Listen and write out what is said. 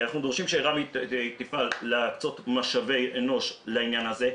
אנחנו דורשים שרמ"י תפעל להקצות משאבי אנוש לעניין הזה,